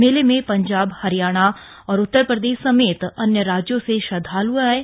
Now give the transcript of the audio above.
मेले में पंजाब हरियाणा उत्तरप्रदेश समेत अन्य राज्यों से श्रद्धाल् आए हैं